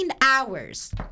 hours